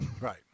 right